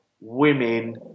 women